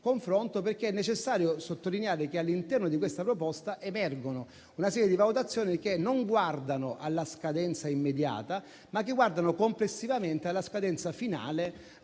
perché è necessario sottolineare che all'interno di tale proposta emerge una serie di valutazioni che guardano non alla scadenza immediata, ma complessivamente alla scadenza finale